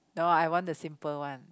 no I want the simple one